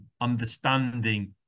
understanding